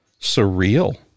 surreal